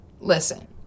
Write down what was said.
listen